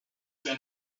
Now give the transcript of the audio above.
there